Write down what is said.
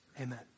amen